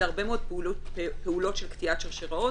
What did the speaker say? הרבה מאוד פעולות של קטיעת שרשראות,